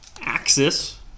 Axis